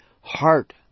heart